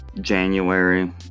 January